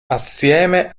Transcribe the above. assieme